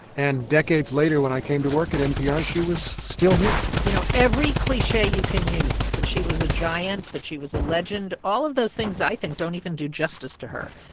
and decades later, when i came to work at npr, she was still here you know, every cliche you can use that she was a giant, that she was a legend all of those things, i think, don't even do justice to her.